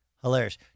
Hilarious